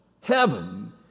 heaven